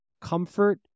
comfort